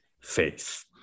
faith